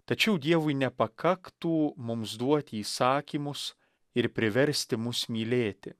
tačiau dievui nepakaktų mums duoti įsakymus ir priversti mus mylėti